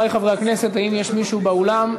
אני רוצה שתדעו על מה אנחנו מדברים.